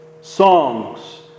songs